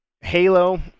Halo